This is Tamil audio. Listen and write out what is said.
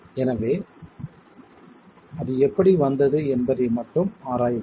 எனவே அது எப்படி வந்தது என்பதை மட்டும் ஆராய்வோம்